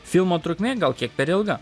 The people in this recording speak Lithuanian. filmo trukmė gal kiek per ilga